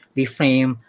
reframe